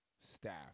staff